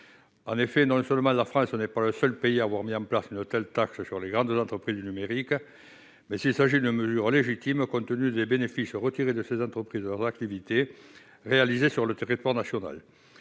du 24 juillet 2019. La France n'est pas le seul pays à avoir mis en place une telle taxe sur les grandes entreprises du numérique. Il s'agit au surplus d'une mesure légitime compte tenu des bénéfices retirés par ces entreprises de leurs activités réalisées sur le territoire national.